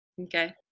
okay